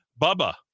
Bubba